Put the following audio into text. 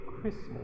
Christmas